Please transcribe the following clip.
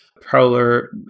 Prowler